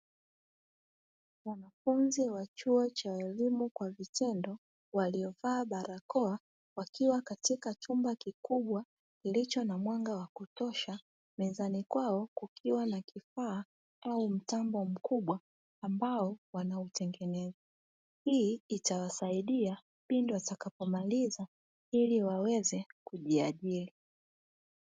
Wanafunzi wa chuo cha elimu kwa vitendo waliovaa barakoa wakiwa katika chumba kikubwa kilicho na mwanga wa kutosha, mezani kwao kukiwa na kifaa au mtambo mkubwa ambao wanautengeneza; hii itawasaidia pindi watapomaliza ili waweze kujiajiri.